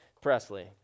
Presley